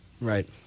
Right